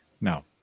No